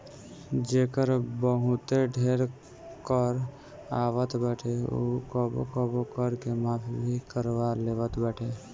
जेकर बहुते ढेर कर आवत बाटे उ कबो कबो कर के माफ़ भी करवा लेवत बाटे